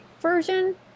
version